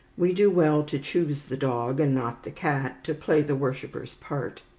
we do well to choose the dog, and not the cat, to play the worshipper's part.